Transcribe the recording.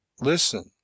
listen